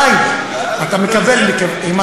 2. אתה מקבל, יקבלו החזר?